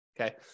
Okay